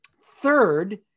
Third